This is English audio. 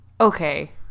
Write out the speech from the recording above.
Okay